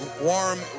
warm